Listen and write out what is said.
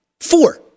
Four